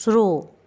शुरू